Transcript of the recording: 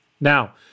Now